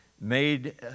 made